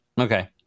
Okay